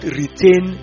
retain